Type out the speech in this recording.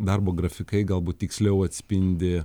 darbo grafikai galbūt tiksliau atspindi